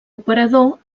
operador